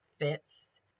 fits